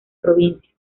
provincia